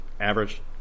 Average